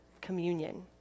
communion